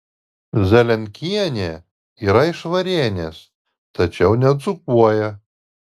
zienkienė yra iš varėnės tačiau nedzūkuoja